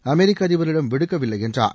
அமெரிக்க அதிபரிடம் விடுக்கவில்லை என்றார்